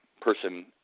person